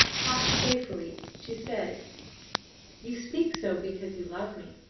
half playfully, she said you speak so because you love me.